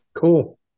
cool